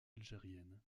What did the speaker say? algérienne